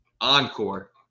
Encore